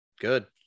Good